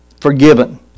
forgiven